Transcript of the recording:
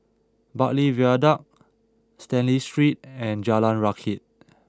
Bartley Viaduct Stanley Street and Jalan Rakit